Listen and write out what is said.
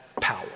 power